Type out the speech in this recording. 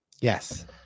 yes